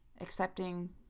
accepting